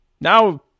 now